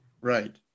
Right